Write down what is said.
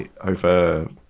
over